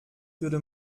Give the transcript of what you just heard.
würde